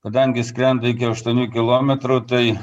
kadangi skrenda iki aštuonių kilometrų tai